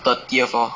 thirtieth lor